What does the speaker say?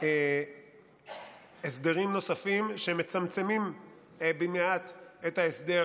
הסדרים נוספים שמצמצמים במעט את ההסדר